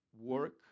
work